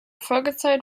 folgezeit